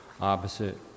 opposite